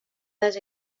vegada